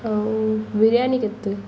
ଆଉ ବିରିୟାନୀ କେତେ